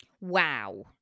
Wow